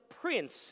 prince